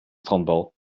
strandbal